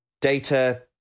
Data